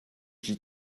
qui